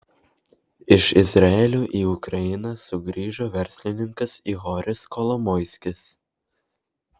iš izraelio į ukrainą sugrįžo verslininkas ihoris kolomoiskis